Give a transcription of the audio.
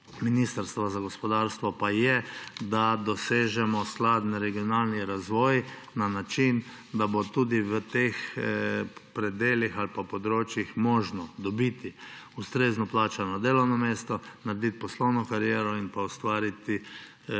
ministrstva za gospodarstvo je, da dosežemo skladen regionalni razvoj na način, da bo tudi v teh predelih ali področjih možno dobiti ustrezno plačano delovno mesto, narediti poslovno kariero in ustvariti